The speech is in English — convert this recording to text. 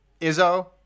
Izzo